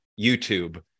YouTube